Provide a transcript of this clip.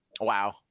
wow